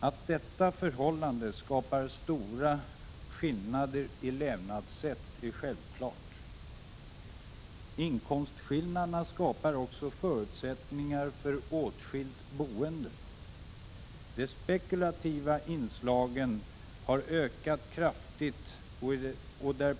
Att detta förhållande skapar stora skillnader i levnadssätt är självklart. Inkomstskillnaderna skapar också förutsättningar för åtskilt boende. De spekulativa inslagen har ökat kraftigt.